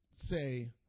say